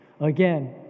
Again